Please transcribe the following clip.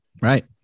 Right